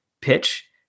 pitch